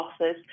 losses